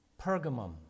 Pergamum